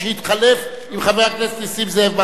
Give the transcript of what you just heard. שהתחלף עם חבר הכנסת נסים זאב,